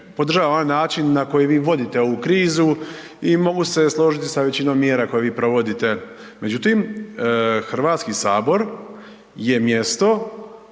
podržavam ovaj način na koji vi vodite ovu krizu i mogu se složiti sa većinom mjera koje vi provodite. Međutim, Hrvatski sabor je mjesto